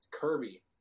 Kirby